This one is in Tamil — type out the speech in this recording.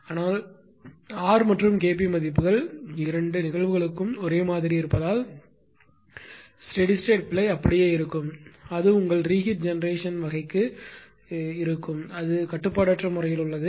ஆனால் R மற்றும் K p மதிப்புகள் இரண்டு நிகழ்வுகளுக்கும் ஒரே மாதிரியாக இருப்பதால் ஸ்டெடி ஸ்டேட் பிழை அப்படியே இருக்கும் அது உங்கள் ரீஹீட் ஜெனெரேஷன் வகைக்கு இருக்கும் அது கட்டுப்பாடற்ற முறையில் உள்ளது